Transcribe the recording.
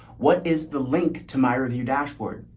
what is the link to my review dashboard?